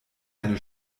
eine